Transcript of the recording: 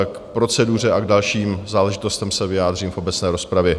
K proceduře a k dalším záležitostem se vyjádřím v obecné rozpravě.